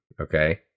Okay